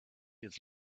his